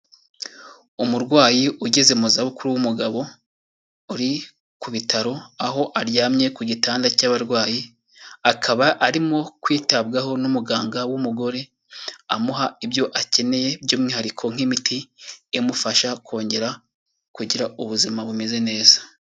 Umurwayi ugeze mu zabukuru w'umugabo uri ku bitaro aho aryamye ku gitanda cy'abarwayi, akaba arimo kwitabwaho n'umuganga w'umugore amuha ibyo akeneye by'umwihariko nk'imiti imufasha kongera kugira ubuzima bumeze neza.